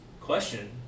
Question